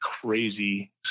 crazy